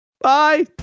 Bye